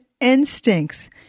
instincts